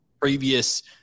previous